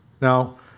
Now